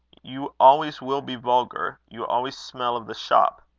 you always will be vulgar. you always smell of the shop.